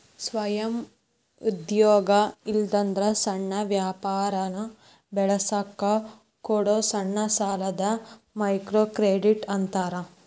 ಸ್ವಯಂ ಉದ್ಯೋಗ ಇಲ್ಲಾಂದ್ರ ಸಣ್ಣ ವ್ಯಾಪಾರನ ಬೆಳಸಕ ಕೊಡೊ ಸಣ್ಣ ಸಾಲಾನ ಮೈಕ್ರೋಕ್ರೆಡಿಟ್ ಅಂತಾರ